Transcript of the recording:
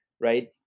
right